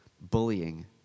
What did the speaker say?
bullying